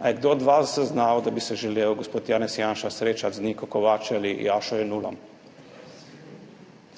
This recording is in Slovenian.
Ali je kdo od vas zaznal, da bi se želel gospod Janez Janša srečati z Niko Kovač ali Jašo Jenullom?